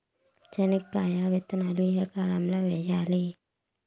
చెనక్కాయ విత్తనాలు ఏ కాలం లో వేయాలి?